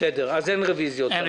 בסדר, אז אין רוויזיות.